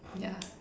yeah